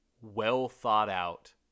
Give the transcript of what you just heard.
well-thought-out